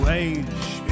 age